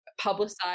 publicize